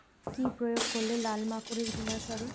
কি প্রয়োগ করলে লাল মাকড়ের বিনাশ হবে?